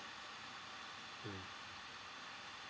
mm